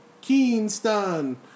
Kingston